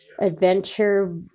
adventure